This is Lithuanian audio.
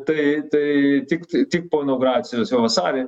tai tai tikt tik po inauguracijos jau vasarį